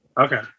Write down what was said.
Okay